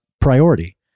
priority